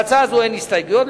להצעה זו אין הסתייגויות.